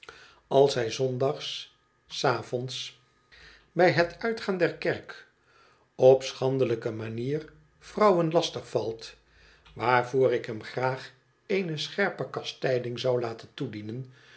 als hij zondags s avonds de fielt bij het uitgaan der kerk op schandelijke manier vrouwen lastig valt waarvoor ik hem graag eene scherpe kastijding zou laten toedienen